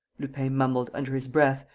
lupin mumbled, under his breath,